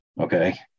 Okay